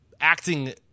acting